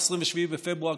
27 בפברואר,